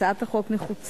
הצעת החוק מוסיפה